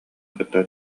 кытта